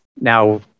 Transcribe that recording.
now